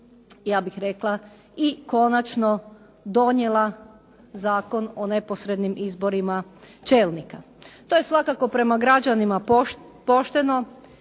ja bih rekla i konačno donijela Zakon o neposrednim izborima čelnika. To je svakako prema građanima pošteno